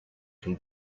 can